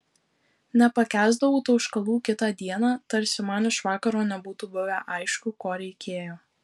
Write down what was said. nepakęsdavau tauškalų kitą dieną tarsi man iš vakaro nebūtų buvę aišku ko reikėjo